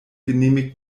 genehmigt